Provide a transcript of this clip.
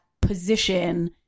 position